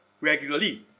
regularly